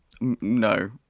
no